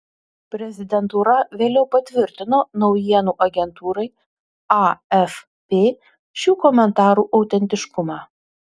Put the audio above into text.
prezidentūra vėliau patvirtino naujienų agentūrai afp šių komentarų autentiškumą